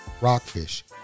rockfish